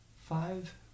five